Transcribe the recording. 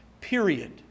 Period